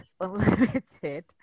Unlimited